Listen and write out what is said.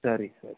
ಸರಿ ಸರಿ